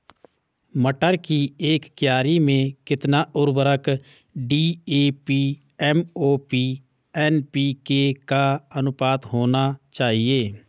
मटर की एक क्यारी में कितना उर्वरक डी.ए.पी एम.ओ.पी एन.पी.के का अनुपात होना चाहिए?